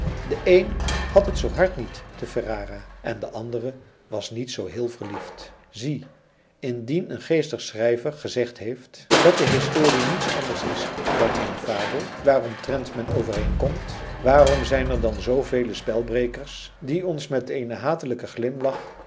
de een had het zoo hard niet te ferrara en de andere was niet zoo heel verliefd zie indien een geestig schrijver gezegd heeft dat de historie niets anders is dan eene fabel waaromtrent men overeenkomt waarom zijn er dan zoo vele spelbrekers die ons met een hatelijken glimlach